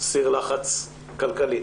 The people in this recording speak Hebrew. סיר לחץ כלכלי.